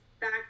back